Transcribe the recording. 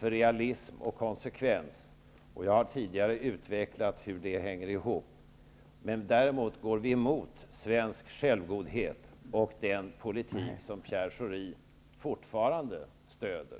realism och konsekvens. Jag har tidigare utvecklat hur detta hänger ihop. Däremot går vi emot svensk självgodhet och den politik som Pierre Schori fortfarande stöder.